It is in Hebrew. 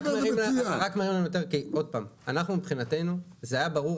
אנחנו מבחינתנו זה היה ברור,